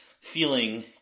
feeling